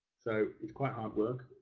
so it's quite hard work,